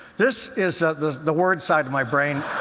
this is the the word side of my brain.